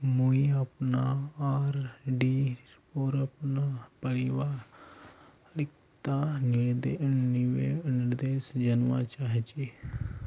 मुई अपना आर.डी पोर अपना परिपक्वता निर्देश जानवा चहची